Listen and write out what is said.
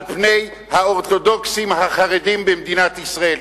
פני האורתודוקסים החרדים במדינת ישראל,